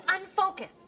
unfocused